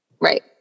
Right